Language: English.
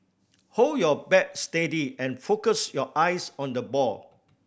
hold your bat steady and focus your eyes on the ball